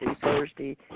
Thursday